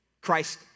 Christ